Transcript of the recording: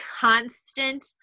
constant